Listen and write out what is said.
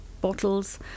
bottles